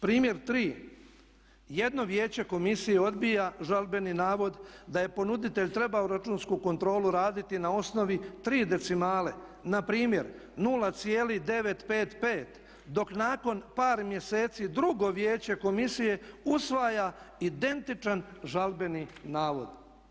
Primjer 3., jedno vijeće komisije odbija žalbeni navod da je ponuditelj trebao računsku kontrolu raditi na osnovi 3 decimale, npr. 0,955 dok nakon par mjeseci drugo vijeće komisije usvaja identičan žalbeni nalog.